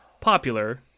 popular